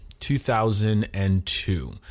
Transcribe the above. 2002